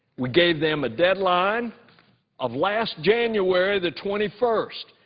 we gave them a deadline of last january, the twenty first.